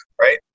right